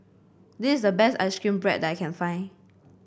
this is the best ice cream bread that I can find